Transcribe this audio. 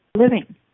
living